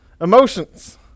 emotions